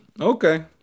Okay